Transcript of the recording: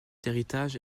héritage